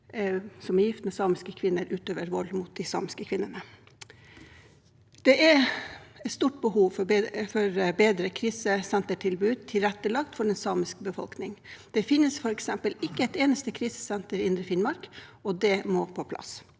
som er gift med samiske kvinner, utøver vold mot de samiske kvinnene. Det er et stort behov for bedre krisesentertilbud tilrettelagt for den samiske befolkning. Det finnes f.eks. ikke et eneste krisesenter i Indre Finnmark, og det må på plass.